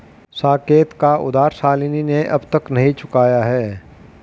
साकेत का उधार शालिनी ने अब तक नहीं चुकाया है